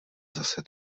zase